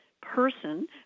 person